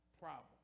Problem